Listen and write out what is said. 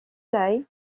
lai